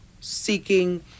seeking